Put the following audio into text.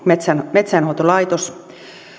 metsänhoitolaitos